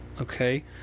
okay